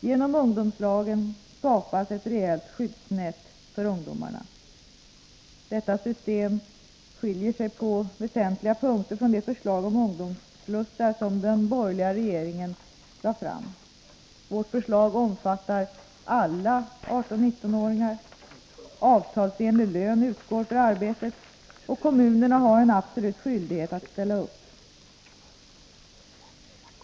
Genom ungdomslagen skapas ett rejält skyddsnät för ungdomarna. Detta system skiljer sig på väsentliga punkter från det förslag om ungdomsslussar som den borgerliga regeringen lade fram. Vårt förslag omfattar alla 18-19-åringar, avtalsenlig lön utgår för arbetet, och kommunerna har en absolut skyldighet att ställa upp.